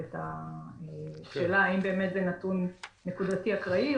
ואת השאלה האם באמת זה נתון נקודתי אקראי,